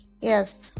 Yes